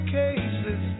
cases